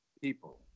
people